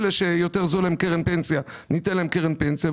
אלה שיותר זולים, קרן פנסיה, ניתן להם קרן פנסיה.